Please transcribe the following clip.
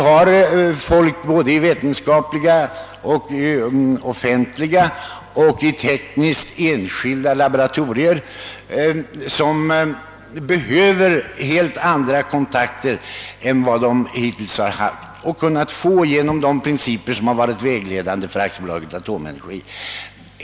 De som arbetar i offentliga och enskilda tekniska laboratorier behöver helt andra kontakter än de hittills kunnat få på grund av de principer som varit vägledande för AB Atomenergi.